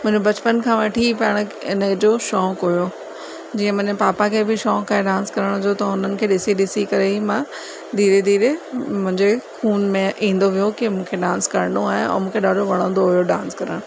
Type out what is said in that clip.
मुंहिंजो बचपन खां वठी पाणि हिनजो शौक़ु हुओ जीअं मुंहिंजे पापा खे बि शौक़ु आहे डांस करण जो त उन्हनि खे ॾिसी ॾिसी करे ई मां धीरे धीरे मुंहिंजे खून में ईंदो वियो की मूंखे डांस करिणो आहे ऐं मूंखे ॾाढो वणंदो हुओ डांस करणु